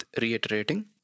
reiterating